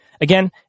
again